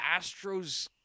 Astros